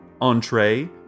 entree